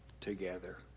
together